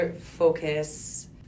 focus